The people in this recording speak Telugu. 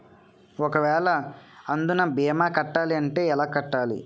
ఒక వేల అందునా భీమా కట్టాలి అంటే ఎలా కట్టాలి?